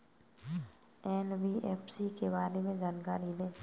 NBFC के बारे में जानकारी दें?